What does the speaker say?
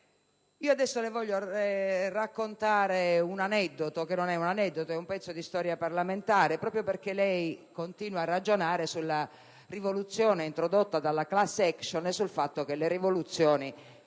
Adesso, le voglio raccontare una vicenda, che non è un aneddoto, ma un pezzo di storia parlamentare, proprio perché lei continua a ragionare sulla rivoluzione introdotta dalla *class action* e sul fatto che le rivoluzioni